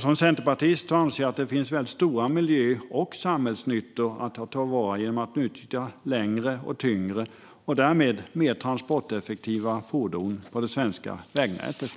Som centerpartist anser jag att det finns stora miljö och samhällsnyttor att ta vara på genom att utnyttja längre, tyngre och därmed mer transporteffektiva fordon på det svenska vägnätet.